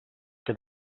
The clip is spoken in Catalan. què